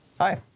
Hi